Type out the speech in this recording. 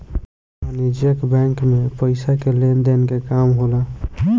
वाणिज्यक बैंक मे पइसा के लेन देन के काम होला